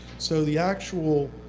so the actual